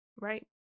right